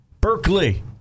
berkeley